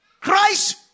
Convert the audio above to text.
Christ